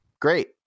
Great